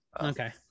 okay